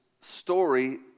story